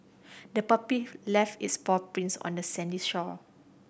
the puppy left its paw prints on the sandy shore